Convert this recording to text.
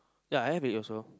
ya I have it also